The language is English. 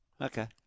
Okay